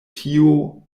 tio